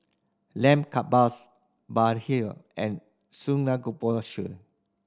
Lamb Kebabs Bar hill and Samgeyopsal